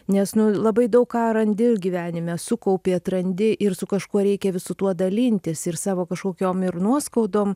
nes nu labai daug ką randi gyvenime sukaupi atrandi ir su kažkuo reikia visu tuo dalintis ir savo kažkokiom ir nuoskaudom